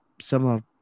similar